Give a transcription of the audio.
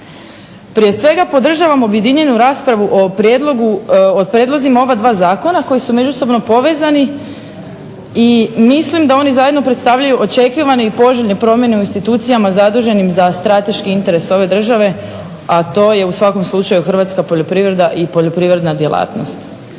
Prije svega podržavam objedinjenu raspravu o prijedlozima oba dva zakona koji su međusobno povezani i mislim da oni zajedno predstavljaju očekivane i poželjne promjene u institucijama zaduženim za strateški interes ove države, a to je u svakom slučaju hrvatska poljoprivreda i poljoprivredna djelatnost.